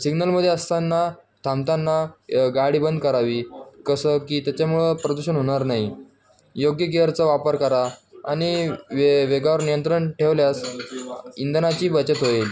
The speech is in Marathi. सिग्नलमध्ये असताना थांबताना गाडी बंद करावी कसं की त्याच्यामुळं प्रदूषण होणार नाही योग्य गिअरचा वापर करा आणि वे वेगावर नियंत्रण ठेवल्यास इंधनाची बचत होईल